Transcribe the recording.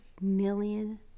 million